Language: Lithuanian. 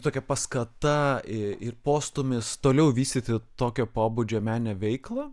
tokia paskata ir ir postūmis toliau vystyti tokio pobūdžio meninę veiklą